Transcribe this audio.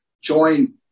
join